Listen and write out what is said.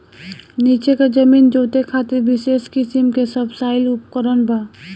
नीचे के जमीन जोते खातिर विशेष किसिम के सबसॉइल उपकरण बा